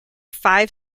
five